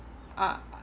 ah